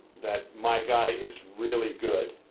that my guy is really good